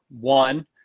one